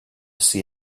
see